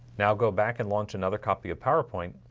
now go back and launch another copy of powerpoint